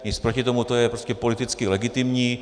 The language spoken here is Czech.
Nic proti tomu, to je prostě politicky legitimní.